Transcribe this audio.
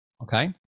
okay